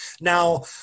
Now